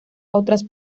otras